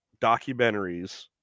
documentaries